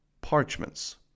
parchments